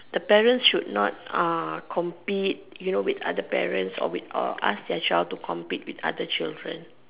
the parents should not uh compete you know with other parents or with or ask their child to compete with other children